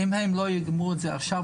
אם הם לא יגמרו את זה עכשיו,